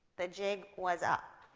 the gig was up.